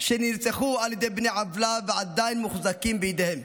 שנרצחו על ידי בני עוולה ועדיין מוחזקים בידיהם.